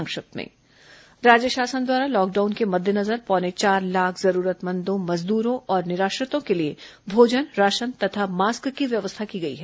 संक्षिप्त समाचार राज्य शासन द्वारा लॉकडाउन के मद्देनजर पौने चार लाख जरूरतमंदों मजदूरों और निराश्रितों के लिए भोजन राशन तथा मास्क की व्यवस्था की गई है